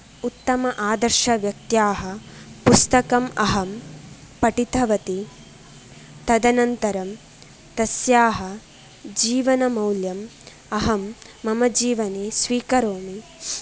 उत्तम आदर्शव्यक्त्याः पुस्तकम् अहं पठितवती तदनन्तरं तस्याः जीवननमौल्यम् अहं मम जीवने स्वीकरोमि